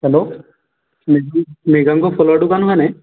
hello Mriganka ফলৰ দোকান হয় নাই